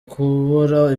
kubura